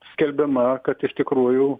skelbiama kad iš tikrųjų